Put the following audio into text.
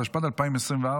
התשפ"ד 2024,